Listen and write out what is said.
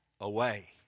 away